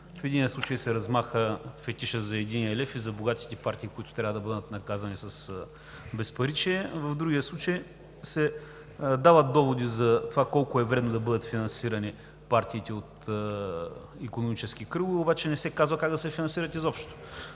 В единия случай се размаха фетишът за единия лев и за богатите партии, които трябва да бъдат наказани с безпаричие. В другия случай се дават доводи за това колко е вредно да бъдат финансирани партиите от икономически кръгове, обаче не се казва как да се финансират изобщо.